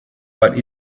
but